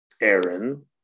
Aaron